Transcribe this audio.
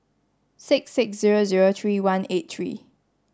six six zero zero three one eight three